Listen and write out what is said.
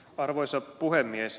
arvoisa puhemies